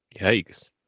Yikes